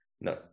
No